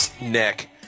neck